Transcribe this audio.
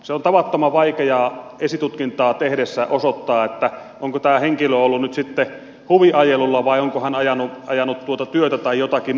se on tavattoman vaikeaa esitutkintaa tehdessä osoittaa onko tämä henkilö ollut nyt sitten huviajelulla vai onko hän tehnyt työtä tai jotakin muuta